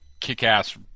kick-ass